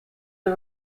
the